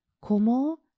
Como